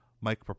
Mike